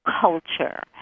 culture